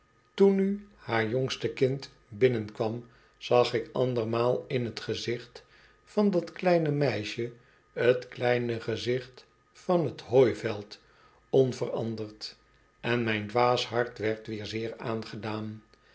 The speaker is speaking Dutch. toen nu haar jongste kind binnenkwam zag ik andermaal in t gezicht van dat kleine meisje t kleine gezicht van t hooiveld onveranderd en mijn dwaas hart werd zeer aangedaan